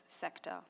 sector